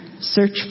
search